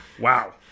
Wow